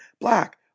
black